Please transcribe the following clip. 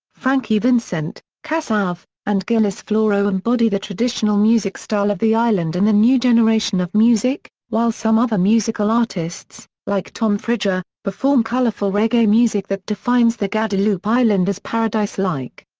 francky vincent, kassav', and gilles floro embody the traditional music style of the island and the new generation of music, while some other musical artists, like tom frager, perform colorful reggae music that defines the guadeloupe island as paradise-like.